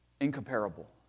incomparable